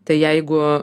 tai jeigu